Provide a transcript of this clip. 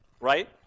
right